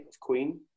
Queen